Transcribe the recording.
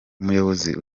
umuyobozi